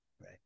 Right